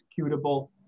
executable